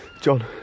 John